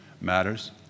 matters